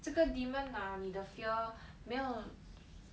这个 demon 拿你的 fear 没有